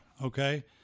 Okay